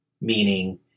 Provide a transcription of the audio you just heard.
Meaning